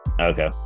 okay